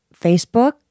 Facebook